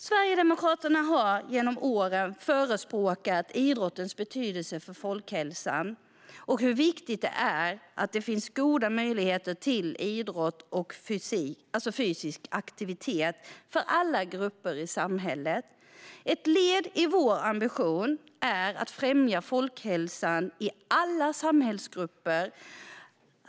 Sverigedemokraterna har genom åren framhållit idrottens betydelse för folkhälsan och hur viktigt det är att det finns goda möjligheter till idrott och fysisk aktivitet för alla grupper i samhället. Ett led i vår ambition är att främja folkhälsan i alla samhällsgrupper.